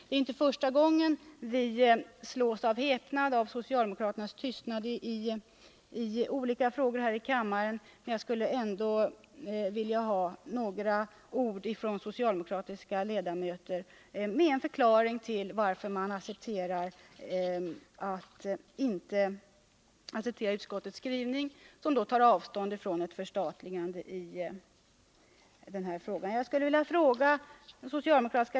Det är inte första gången vi slås av häpnad över socialdemokraternas tystnad i olika frågor här i kammaren, men jag skulle ändå vilja få en förklaring från socialdemokratiska ledamöter varför de accepterar utskottets skrivning, som tar avstånd från ett förstatligande av läkemedelsindustrin.